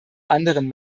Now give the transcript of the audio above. anderen